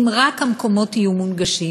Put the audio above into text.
אם רק המקומות יהיו מונגשים.